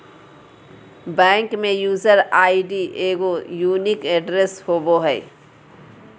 bank में user ID एगो unique address होबो हइ